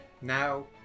Now